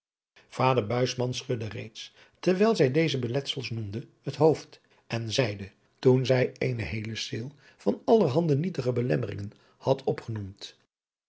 buisman schudde reeds terwijl zij deze beletsels noemde het hoofd en zeide toen zij eene heele ceêl van allerhande nietige belemmeringen had opgenoemd